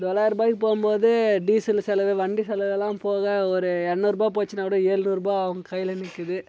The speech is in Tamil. தொளாய ரூபாய்க்கு போகும்போது டீசல் செலவு வண்டி செலவு எல்லாம் போக ஒரு எண்ணூறுரூபா போச்சுன்னாகூட ஏழுநூரூபா அவங்க கையில நிற்கிது